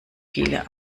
viele